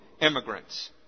Immigrants